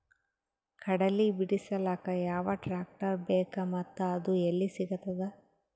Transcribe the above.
ಕಡಲಿ ಬಿಡಿಸಲಕ ಯಾವ ಟ್ರಾಕ್ಟರ್ ಬೇಕ ಮತ್ತ ಅದು ಯಲ್ಲಿ ಸಿಗತದ?